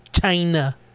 China